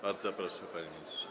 Bardzo proszę, panie ministrze.